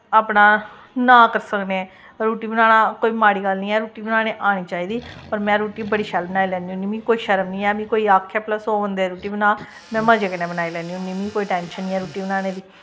अपना नांऽ करी सकने रुट्टी बनाना कोई माड़ी गल्ल नी ऐ रुट्टी बनानी आनी चाहिदी होर में रुट्टी बड़ी शैल बनाई लैन्नी होन्नी मिगी कोई शर्म नी ऐ मिगी कोई आक्खै भला सौ बंदे दी रुट्टी बना में मज़े कन्नै बनाई लैन्नी होन्नी मिगी कोई टैंशन नी ऐ रुट्टी बनाने दी